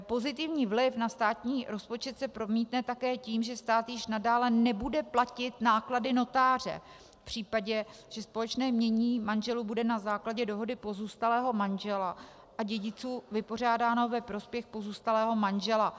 Pozitivní vliv na státní rozpočet se promítne také tím, že stát již nadále nebude platit náklady notáře v případě, že společné jmění manželů bude na základě dohody pozůstalého manžela a dědiců vypořádáno ve prospěch pozůstalého manžela.